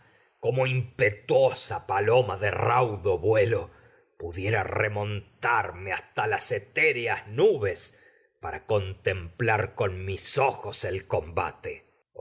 como impetuosa paloma de raudo vuelo para con pudiera remontarme hasta las etéreas nubes templar con mis ojos el combate